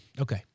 Okay